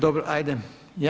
Dobro hajde.